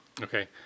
Okay